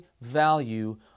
value